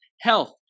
Health